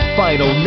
final